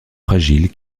fragiles